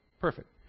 Perfect